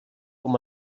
com